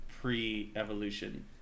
pre-evolution